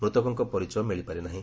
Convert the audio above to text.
ମୃତକଙ୍କ ପରିଚୟ ମିଳିପାରି ନାହି